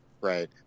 right